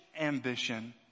ambition